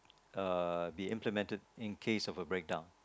uh be implemented in case of a break down